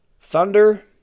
thunder